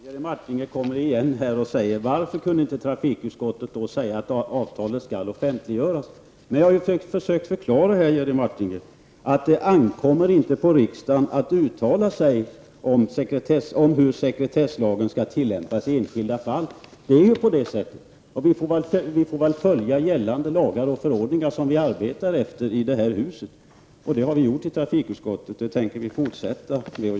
Fru talman! Jerry Martinger återkommer och frågar varför trafikutskottet inte kunde säga att avtalet skulle offentliggöras. Men jag har ju försökt förklara för Jerry Martinger att det inte ankommer på riksdagen att uttala sig om hur sekretesslagen skall tillämpas i enskilda fall. Vi får väl följa gällande lagar och förordningar som vi arbetar efter i detta hus. Det har vi gjort i trafikutskottet, och det tänker vi fortsätta med.